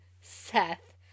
seth